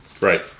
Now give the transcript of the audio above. Right